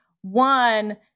One